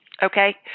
Okay